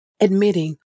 admitting